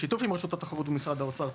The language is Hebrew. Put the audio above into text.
בשיתוף עם רשות התחרות ומשרד האוצר,